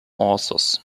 authors